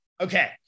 okay